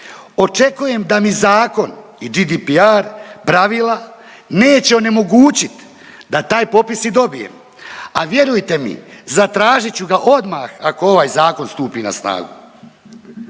Očekujem da mi zakon i GDPR pravila neće onemogućiti da taj popis i dobijem, a vjerujte mi, zatražit ću ga odmah ako ovaj Zakon stupi na snagu.